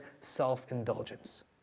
self-indulgence